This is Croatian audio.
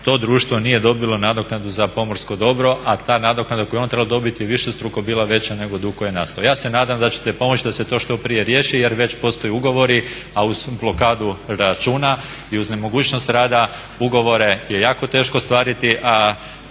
to društvo nije dobilo nadoknadu za pomorsko dobro a ta nadoknada koju je ono trebalo dobiti je višestruko bila veća nego dug koji je nastao. Ja se nadam da ćete pomoći da se to što prije riješi jer već postoje ugovori a uz blokadu računa i uz nemogućnost rada ugovore je jako teško ostvariti